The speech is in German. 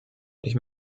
ich